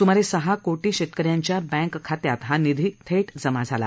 सुमारे सहा कोटी शेतकऱ्यांच्या बँक खात्यात हा निधी थेट जमा झाला